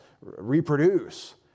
reproduce